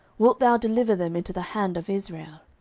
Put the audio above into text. wilt thou deliver them into the hand of israel?